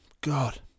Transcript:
god